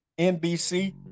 nbc